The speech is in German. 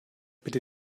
bitte